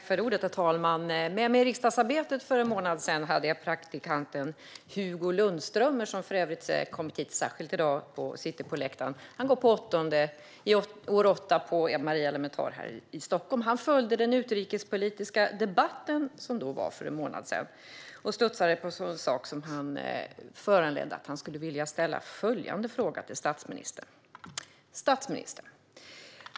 Herr talman! I riksdagsarbetet hade jag för en månad sedan med mig praktikanten Hugo Lundström, som för övrigt har kommit hit särskilt i dag och sitter på läktaren. Hugo går åttonde året på Maria Elementar här i Stockholm. Han följde den utrikespolitiska debatt som då var för en månad sedan och studsade till, vilket föranledde att han vill ställa följande fråga till statsministern. Statsministern!